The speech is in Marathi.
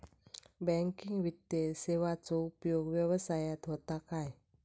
बँकिंग वित्तीय सेवाचो उपयोग व्यवसायात होता काय?